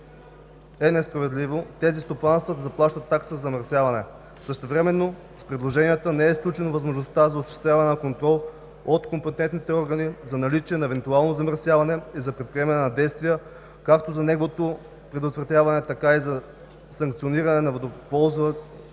е несправедливо тези стопанства да заплащат такса за замърсяване. Същевременно с предложенията не е изключена възможността за осъществяване на контрол от компетентните органи за наличие на евентуално замърсяване и за предприемане на действия както за неговото предотвратяване, така и за санкциониране на водоползватели,